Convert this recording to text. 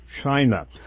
China